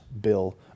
bill